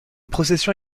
procession